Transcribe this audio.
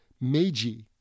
Meiji